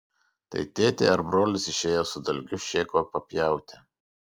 tai tėtė ar brolis išėjo su dalgiu šėko papjauti